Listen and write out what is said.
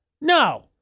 no